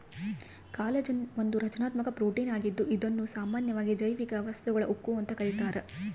collagen ಒಂದು ರಚನಾತ್ಮಕ protein ಆಗಿದ್ದು ಇದುನ್ನ ಸಾಮಾನ್ಯವಾಗಿ ಜೈವಿಕ ವಸ್ತುಗಳ ಉಕ್ಕು ಅಂತ ಕರೀತಾರ